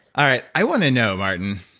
all right. i want to know, martin,